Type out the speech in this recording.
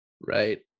Right